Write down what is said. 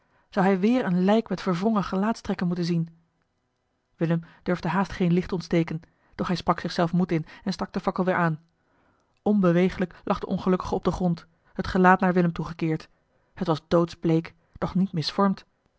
zou hij weer een lijk met verwrongen gelaatstrekken moeten zien willem durfde haast geen licht ontsteken doch hij sprak zich zelf moed in en stak de fakkel weer aan onbeweeglijk lag de ongelukkige op den grond het gelaat naar willem toegekeerd het was doodsbleek doch niet misvormd